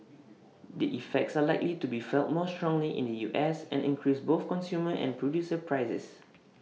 the effects are likely to be felt more strongly in the us and increase both consumer and producer prices